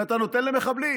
שאתה נותן למחבלים.